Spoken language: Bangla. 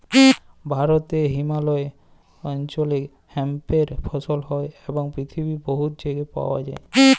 ভারতে হিমালয় অল্চলে হেম্পের ফসল হ্যয় এবং পিথিবীর বহুত জায়গায় পাউয়া যায়